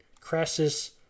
Crassus